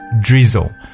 drizzle